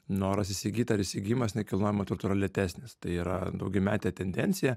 noras įsigyti ar įsigijimas nekilnojamo turto yra lėtesnis tai yra daugiametė tendencija